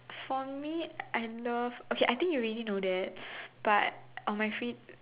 for me I love I think you already know that but on my free